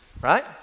right